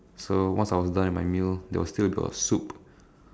so once I was done with my meal there was still got a soup